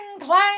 clang